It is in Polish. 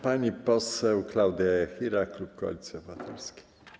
Pani poseł Klaudia Jachira, klub Koalicji Obywatelskiej.